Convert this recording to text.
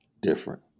different